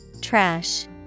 Trash